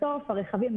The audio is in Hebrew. בסוף הרכבים,